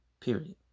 Period